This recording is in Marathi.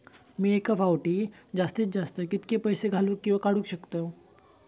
मी एका फाउटी जास्तीत जास्त कितके पैसे घालूक किवा काडूक शकतय?